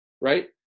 right